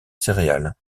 céréales